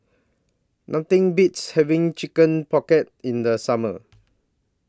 Nothing Beats having Chicken Pocket in The Summer